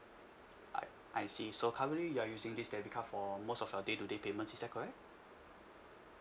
I I see so currently you are using this debit card for most of your day to day payments is that correct